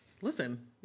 Listen